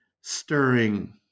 stirring